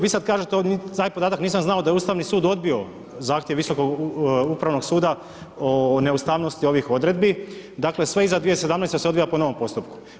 Vi sada kažete ovdje, taj podatak nisam znao da je Ustavni sud odbio zahtjev Visokog upravnog suda o neustavnosti ovih odredbi, dakle sve iza 2017. se odvija po novom postupku.